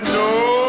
no